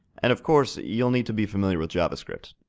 and of course, you'll need to be familiar with javascript.